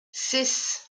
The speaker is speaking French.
six